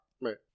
right